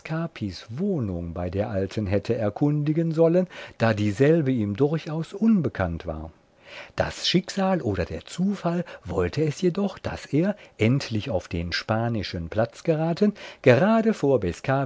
wohnung bei der alten hätte erkundigen sollen da dieselbe ihm durchaus unbekannt war das schicksal oder der zufall wollte es jedoch daß er endlich auf den spanischen platz geraten gerade vor